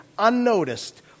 unnoticed